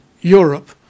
Europe